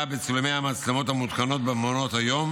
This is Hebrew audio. בצילומי המצלמות המותקנות במעונות היום,